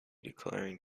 declaring